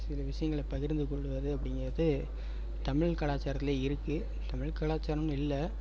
சில விஷயங்கள பகிர்ந்து கொள்ளுவது அப்படிங்கிறது தமிழ் கலாச்சாரத்திலே இருக்குது தமிழ் கலாச்சாரம்னு இல்லை